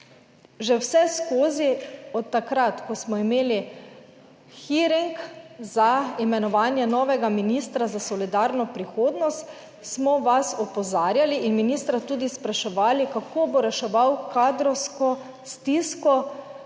že vseskozi od takrat, ko smo imeli hearing za imenovanje novega ministra za solidarno prihodnost smo vas opozarjali in ministra tudi spraševali, kako bo reševal kadrovsko stisko